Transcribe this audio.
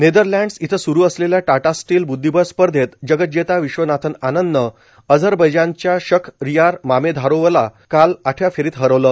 Netherlands इथं स्रु असलेल्या टाटा स्टील बुद्दीबळ स्पर्धेत जगज्जेता विश्वनाथन आनंदनं अझरबैजानच्या शखरियार मामेधारोवला काल आठव्या फेरीत हरवलं